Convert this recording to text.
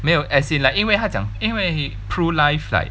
没有 as in like 因为他讲因为 Pru Life like